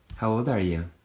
how old are you?